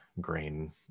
grain